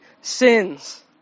sins